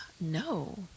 No